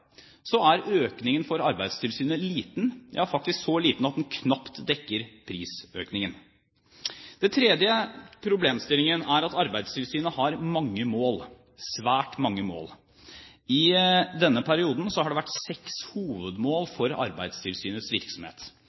er økningen for Arbeidstilsynet liten, ja faktisk så liten at den knapt dekker prisøkningen. Den tredje problemstillingen er at Arbeidstilsynet har mange mål – svært mange mål. I denne perioden har det vært seks hovedmål for Arbeidstilsynets virksomhet,